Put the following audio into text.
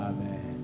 Amen